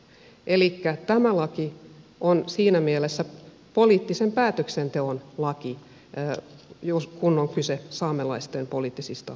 elikkä tämä laki on siinä mielessä poliittisen päätöksenteon laki kun on kyse saamelaisten poliittisista oikeuksista